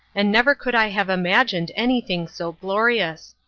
and never could i have imagined anything so glorious.